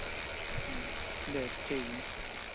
ᱦᱩᱸ ᱵᱮᱥ ᱴᱷᱤᱠᱜᱮᱭᱟ